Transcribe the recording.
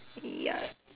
ya